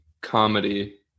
comedy